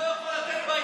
מה זה השטויות האלה?